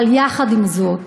אבל יחד עם זאת,